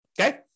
okay